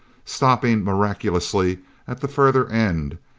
stopping miraculously at the further end,